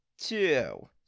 two